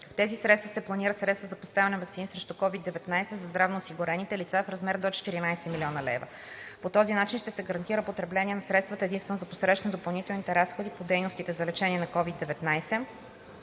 В тези средства се планират средства за поставяне на ваксини срещу COVID-19 за здравноосигурените лица в размер до 14 млн. лв. По този начин ще се гарантира потребление на средствата единствено за посрещане на допълнителните разходи по дейностите за лечение на COVID-19